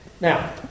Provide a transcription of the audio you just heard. now